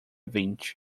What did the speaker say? vinci